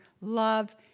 love